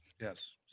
yes